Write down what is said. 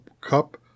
cup